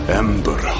ember